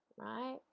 right